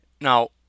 Now